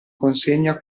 consegna